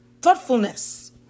Thoughtfulness